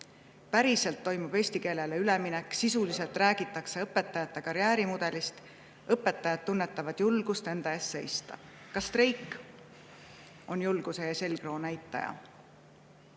Päriselt toimub eesti keelele üleminek, sisuliselt räägitakse õpetajate karjäärimudelist, õpetajad tunnetavad julgust enda eest seista. Ka streik on julguse ja selgroo